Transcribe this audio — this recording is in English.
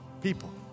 People